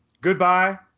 Goodbye